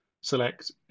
select